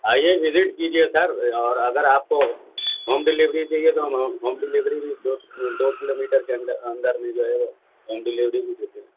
آئیے وزٹ کیجیے سر اور اگر آپ کو ہوم ڈیلیوری چاہیے تو ہم ہوم ہوم ڈیلیوری بھی دو دو کلو میٹر کے اندر اندر میں جو ہے ہوم ڈیلیوری بھی دیتے ہیں